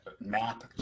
map